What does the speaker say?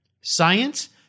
science